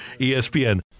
ESPN